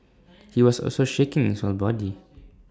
he was also shaking his whole body